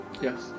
Yes